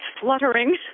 fluttering